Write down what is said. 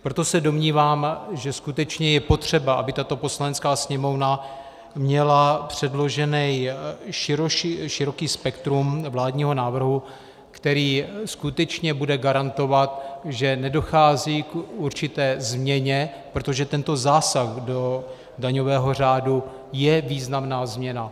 Proto se domnívám, že skutečně je potřeba, aby tato Poslanecká sněmovna měla předložené široké spektrum vládního návrhu, který skutečně bude garantovat, že nedochází k určité změně, protože tento zásah do daňového řádu je významná změna.